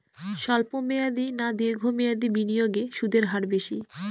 স্বল্প মেয়াদী না দীর্ঘ মেয়াদী বিনিয়োগে সুদের হার বেশী?